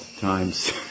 times